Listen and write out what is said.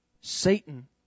Satan